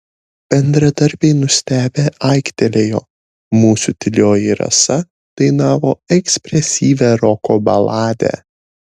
bendradarbiai nustebę aiktelėjo mūsų tylioji rasa dainavo ekspresyvią roko baladę